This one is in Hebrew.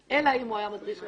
-- אלא אם הוא היה מדריך בצבא,